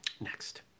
next